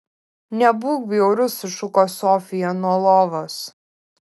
nebūk bjaurus sušuko sofija nuo lovos